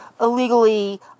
illegally